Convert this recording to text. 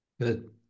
Good